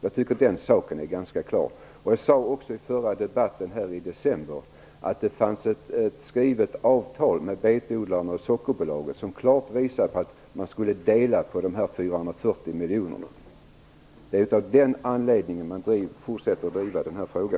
Jag tycker att svaret på detta är ganska klart. Jag sade också i den förra debatten här, i december, att det fanns ett skrivet avtal mellan betodlarna och Sockerbolaget av vilket det klart framgår att man skulle dela på de 440 miljonerna. Det är av den anledningen som man fortsätter att driva denna fråga.